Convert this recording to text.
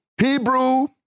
Hebrew